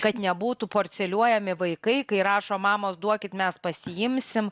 kad nebūtų parceliuojami vaikai kai rašo mamos duokit mes pasiimsim